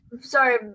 sorry